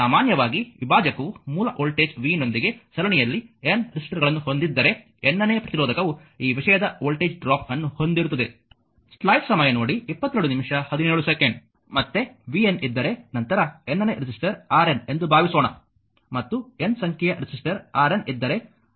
ಸಾಮಾನ್ಯವಾಗಿ ವಿಭಾಜಕವು ಮೂಲ ವೋಲ್ಟೇಜ್ vನೊಂದಿಗೆ ಸರಣಿಯಲ್ಲಿ N ರೆಸಿಸ್ಟರ್ಗಳನ್ನು ಹೊಂದಿದ್ದರೆ n ನೇ ಪ್ರತಿರೋಧಕವು ಈ ವಿಷಯದ ವೋಲ್ಟೇಜ್ ಡ್ರಾಪ್ ಅನ್ನು ಹೊಂದಿರುತ್ತದೆ ಮತ್ತೆ vn ಇದ್ದರೆ ನಂತರ nನೇ ರೆಸಿಸ್ಟರ್ RN ಎಂದು ಭಾವಿಸೋಣ ಮತ್ತು N ಸಂಖ್ಯೆಯ ರೆಸಿಸ್ಟರ್ Rn ಇದ್ದರೆ